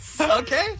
Okay